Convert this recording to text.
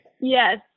Yes